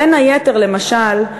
בין היתר, למשל,